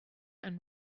and